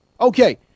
Okay